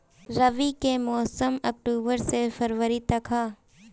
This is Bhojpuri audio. रबी के मौसम अक्टूबर से फ़रवरी तक ह